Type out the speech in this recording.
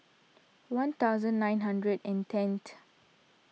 one thousand nine hundred and tenth